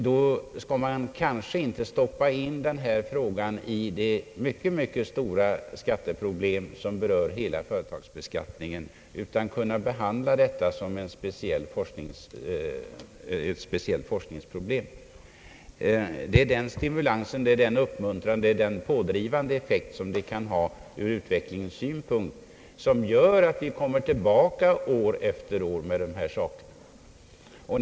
Då skall man kanske inte stoppa in denna fråga i det mycket stora skatteproblem, som berör hela företagsbeskattningen, utan man bör kunna behandla den som ett speciellt forskningsproblem. Det är denna stimulans, denna uppmuntran och den pådrivande effekt den kan ha ur utvecklingssynpunkt, som gör att vi kommer tillbaka år efter år med detta ärende.